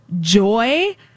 joy